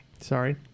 Sorry